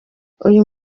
uyu